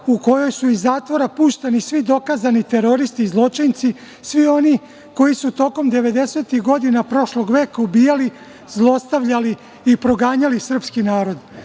u kojoj su iz zatvora pušteni svi dokazani teroristi i zločinci, svi oni koji su tokom devedesetih godina prošlog veka ubijali, zlostavljali i proganjali srpski narod.